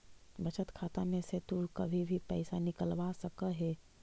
बचत खाता में से तु कभी भी पइसा निकलवा सकऽ हे